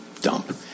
dump